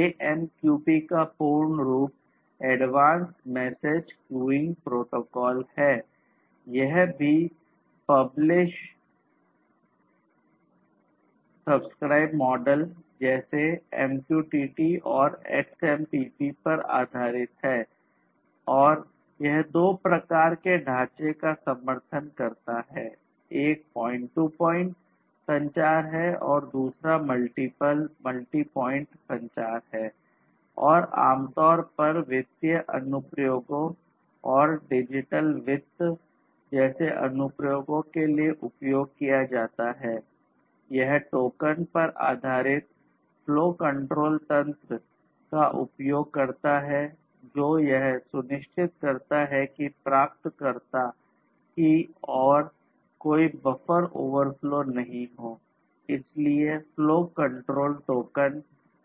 AMQP का पूर्ण रूप एडवांस मैसेज क्यूइंग प्रोटोकॉल